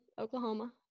Oklahoma